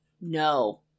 No